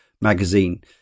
magazine